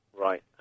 Right